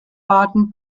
baden